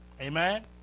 Amen